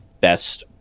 best